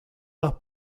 mar